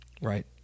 right